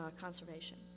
conservation